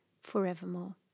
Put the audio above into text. forevermore